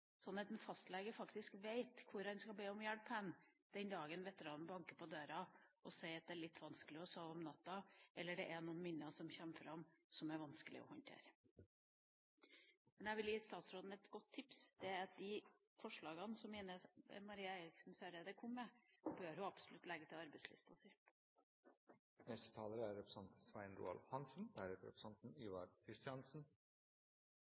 sånn at en fastlege faktisk vet hvor han skal be om hjelp den dagen veteranen banker på døra og sier at det er litt vanskelig å sove om natta, eller det er noen minner som kommer fram som er vanskelige å håndtere. Jeg vil gi statsråden et godt tips: De forslagene som Ine Marie Eriksen Søreide kom med, bør hun absolutt legge til arbeidslista si. Som denne debatten viser, er